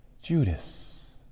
Judas